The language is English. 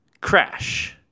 Crash